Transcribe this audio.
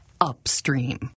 upstream